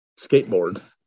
skateboard